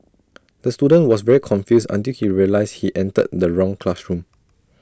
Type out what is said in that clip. the student was very confused until he realised he entered the wrong classroom